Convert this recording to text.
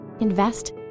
invest